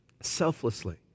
selflessly